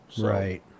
right